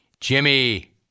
jimmy